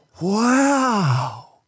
Wow